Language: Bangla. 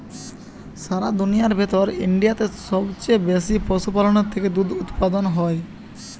সারা দুনিয়ার ভেতর ইন্ডিয়াতে সবচে বেশি পশুপালনের থেকে দুধ উপাদান হয়